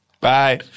Bye